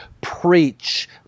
preach